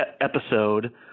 episode